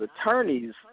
attorneys